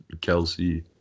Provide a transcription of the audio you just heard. Kelsey